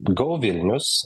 go vilnius